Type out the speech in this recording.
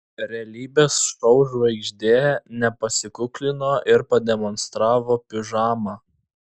realybės šou žvaigždė nepasikuklino ir pademonstravo pižamą